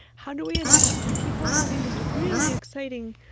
how do we adapt? and people are having this really exciting